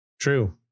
True